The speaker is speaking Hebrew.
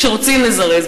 כשרוצים לזרז,